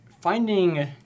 finding